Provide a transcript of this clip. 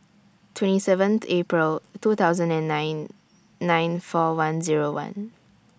twenty seven April two thousand and nine nine four one Zero one